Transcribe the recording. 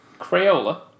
Crayola